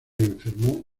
enfermó